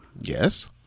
Yes